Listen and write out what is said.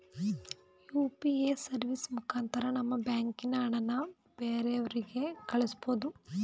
UPA service ಮುಖಾಂತರ ನಮ್ಮ ಬ್ಯಾಂಕಿನ ಹಣನ ಬ್ಯಾರೆವ್ರಿಗೆ ಕಳಿಸ್ಬೋದು